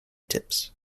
tips